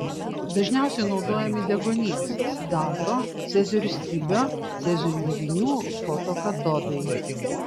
dažniausiai naudojami deguonies sidabro cezio ir stibio cezio junginių fotokatodai